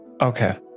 okay